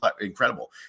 incredible